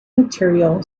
material